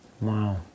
wow